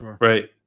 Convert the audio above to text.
right